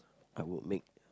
I would make